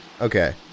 Okay